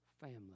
family